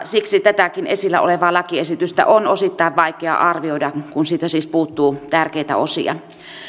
siksi tätäkin esillä olevaa lakiesitystä on osittain vaikea arvioida kun siitä siis puuttuu tärkeitä osia